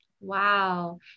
Wow